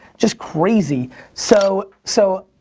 just crazy. so, so,